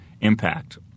impact